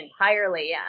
entirely